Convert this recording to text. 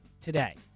today